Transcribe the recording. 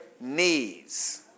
knees